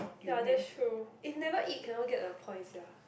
then I'll just throw if never eat cannot get the points sia